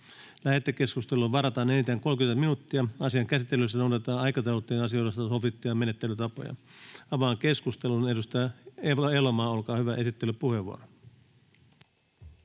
Lähetekeskusteluun varataan enintään 30 minuuttia. Asian käsittelyssä noudatetaan aikataulutettujen asioiden osalta sovittuja menettelytapoja. Avaan keskustelun. Edustaja Laiho, olkaa hyvä, esittelypuheenvuoro.